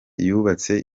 yubatse